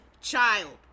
child